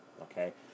okay